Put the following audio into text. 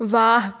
वाह